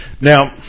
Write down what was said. now